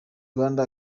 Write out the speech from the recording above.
rwanda